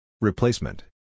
Replacement